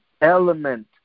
element